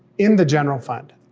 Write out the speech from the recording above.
in the general fund,